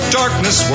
darkness